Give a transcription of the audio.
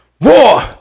war